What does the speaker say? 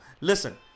Listen